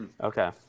okay